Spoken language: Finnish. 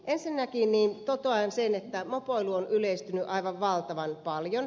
ensinnäkin totean sen että mopoilu on yleistynyt aivan valtavan paljon